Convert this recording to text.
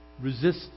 Resist